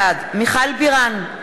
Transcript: בעד מיכל בירן,